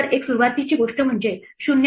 सुरुवातीची गोष्ट म्हणजे 0 म्हणा